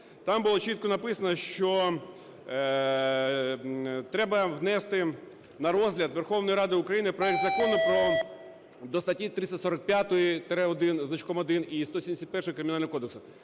Там було чітко написано, що треба внести на розгляд Верховної Ради України проект Закону про… до статті 345-1, зі значком 1, і 171-ї Кримінального кодексу.